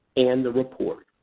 and the report.